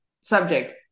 subject